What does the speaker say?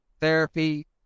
therapy